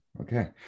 Okay